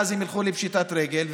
הם ילכו לפשיטת רגל,